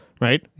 right